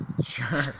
sure